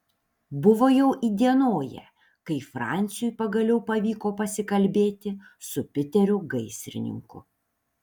buvo jau įdienoję kai franciui pagaliau pavyko pasikalbėti su piteriu gaisrininku